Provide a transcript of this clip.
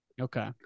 Okay